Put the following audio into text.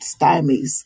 stymies